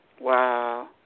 Wow